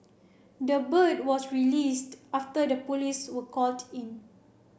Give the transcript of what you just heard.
the bird was released after the police were called in